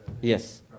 Yes